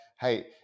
hey